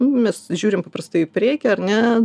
mes žiūrime paprastai į priekį ar ne